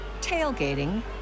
tailgating